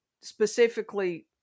specifically